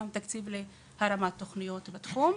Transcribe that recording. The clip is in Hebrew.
יש גם תקציב להקמה של תוכניות מותאמות בתחום.